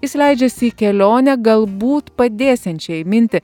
jis leidžiasi į kelionę galbūt padėsiančią įminti